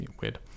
weird